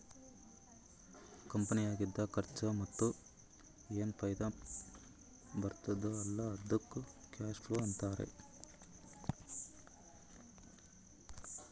ಕಂಪನಿನಾಗಿಂದ್ ಖರ್ಚಾ ಮತ್ತ ಏನ್ ಫೈದಾ ಬರ್ತುದ್ ಅಲ್ಲಾ ಅದ್ದುಕ್ ಕ್ಯಾಶ್ ಫ್ಲೋ ಅಂತಾರ್